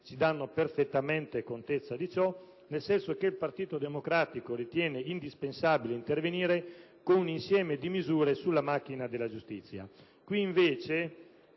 danno perfettamente contezza del fatto che il Partito Democratico ritiene indispensabile intervenire con un insieme di misure sulla macchina della giustizia.